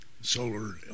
solar